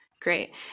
great